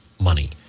money